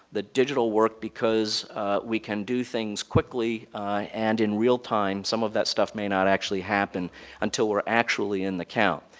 the digital work, because we can do things quickly and in real time, some of that stuff may not actually happen until we're actually in the count.